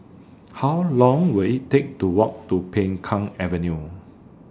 How Long Will IT Take to Walk to Peng Kang Avenue